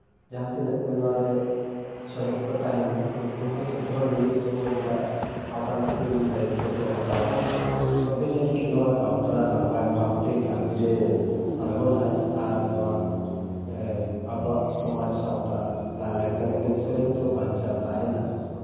ᱡᱟᱦᱟᱸ ᱛᱤᱱᱟᱹᱜ ᱜᱮ ᱱᱚᱣᱟᱨᱮ ᱥᱚᱦᱮᱫ ᱠᱚ ᱛᱟᱦᱮᱱᱟ ᱱᱩᱠᱩ ᱦᱚᱸ ᱡᱚᱛᱚ ᱦᱚᱲ ᱢᱤᱼᱢᱤᱫᱴᱟᱹᱝ ᱚᱱᱠᱟ ᱟᱯᱟᱱᱼᱟᱹᱯᱤᱱ ᱫᱟᱭᱤᱛᱛᱚ ᱠᱚ ᱦᱟᱛᱟᱣ ᱠᱟᱜᱼᱟ ᱛᱚᱵᱮ ᱡᱟᱹᱱᱤᱡᱽ ᱱᱚᱣᱟ ᱜᱟᱶᱛᱟ ᱱᱟᱯᱟᱭ ᱵᱷᱟᱵᱽ ᱛᱮ ᱠᱟᱹᱢᱤ ᱨᱮ ᱟᱬᱜᱚᱱᱟᱭ ᱟᱨ ᱱᱚᱣᱟ ᱟᱵᱚᱣᱟᱜ ᱥᱚᱢᱟᱡᱽ ᱥᱟᱶᱛᱟ ᱞᱟᱭᱼᱞᱟᱠᱪᱟᱨ ᱮᱱᱮᱡᱽ ᱥᱮᱨᱮᱧ ᱠᱚ ᱵᱟᱧᱪᱟᱣ ᱛᱟᱦᱮᱱᱟ